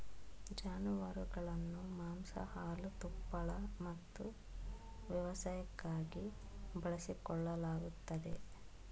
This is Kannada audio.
ಜಾನುವಾರುಗಳನ್ನು ಮಾಂಸ ಹಾಲು ತುಪ್ಪಳ ಮತ್ತು ವ್ಯವಸಾಯಕ್ಕಾಗಿ ಬಳಸಿಕೊಳ್ಳಲಾಗುತ್ತದೆ